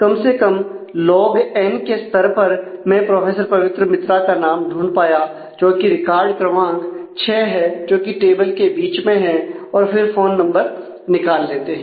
कम से कम log n के स्तर पर मैं प्रोफेसर पवित्र मित्रा का नाम ढूंढ पाया जो कि रिकॉर्ड क्रमांक 6 है जो कि टेबल के बीच में है और फिर फोन नंबर निकाल लेते हैं